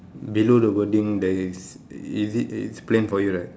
below the wording there is is it it's plain for you right